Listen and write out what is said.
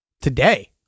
today